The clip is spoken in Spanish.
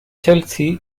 chelsea